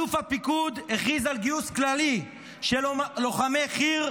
אלוף הפיקוד הכריז על גיוס כללי של לוחמי חי"ר